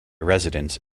residents